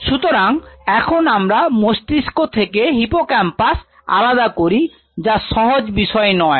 সুতরাং এখন আমরা মস্তিষ্ক থেকে হিপোক্যাম্পাস আলাদা করি যা সহজ বিষয় নয়